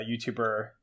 youtuber